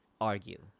argue